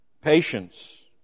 Patience